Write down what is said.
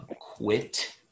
Quit